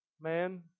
man